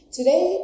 Today